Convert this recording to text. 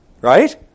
Right